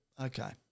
okay